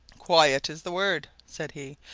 quiet is the word, said he.